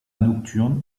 nocturne